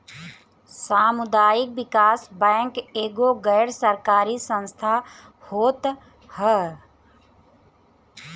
सामुदायिक विकास बैंक एगो गैर सरकारी संस्था होत हअ